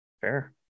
Fair